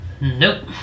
Nope